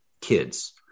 kids